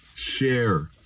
Share